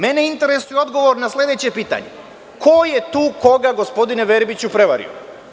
Mene interesuje odgovor na sledeće pitanje – ko je tu koga, gospodine Verbiću, prevario?